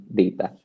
data